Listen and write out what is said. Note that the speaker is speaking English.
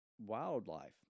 wildlife